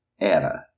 era